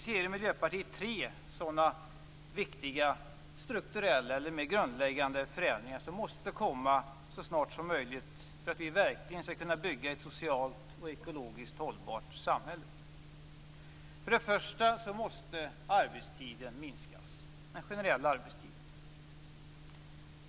Vi i Miljöpartiet ser tre sådana viktiga strukturella eller mer grundläggande förändringar som måste genomföras så snart som möjligt för att vi i Sverige verkligen skall kunna bygga ett socialt och ekologiskt hållbart samhälle. För det första måste den generella arbetstiden minskas.